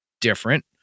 different